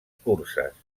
curses